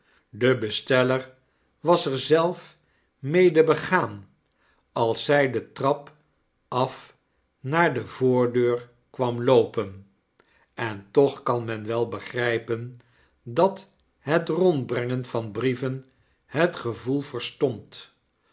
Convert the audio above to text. de besteller was er zelf mede begaan als zij de trap af naar de voordeur kwam loopen en toch kan men wel begrijpen dat het rondbrengen van brieven het gevoel verstompt